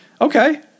Okay